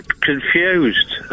confused